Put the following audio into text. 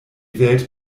welt